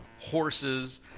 horses